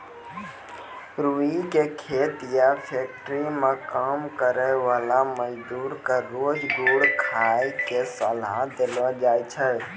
रूई के खेत या फैक्ट्री मं काम करै वाला मजदूर क रोज गुड़ खाय के सलाह देलो जाय छै